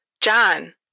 John